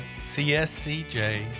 CSCJ